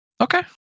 Okay